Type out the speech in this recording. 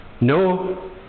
No